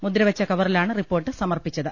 മുദ്രവെച്ച കവറിലാണ് റിപ്പോർട്ട് സമർപ്പിച്ചത്